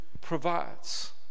provides